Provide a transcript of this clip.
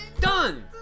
done